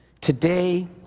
today